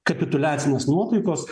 kapituliacinės nuotaikos